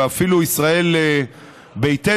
ואפילו ישראל ביתנו,